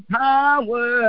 power